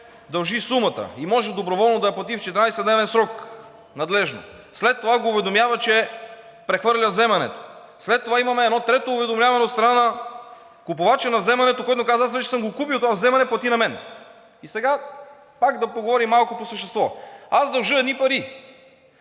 дължи сумата и може доброволно да я плати в 14 дневен срок надлежно. След това го уведомява, че прехвърля вземането. След това имаме едно трето уведомяване от страна на купувача на вземането, който казва – вече съм го купил това вземане, плати на мен. И сега, пак да поговорим, малко по същество. Аз дължа едни пари,